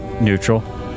Neutral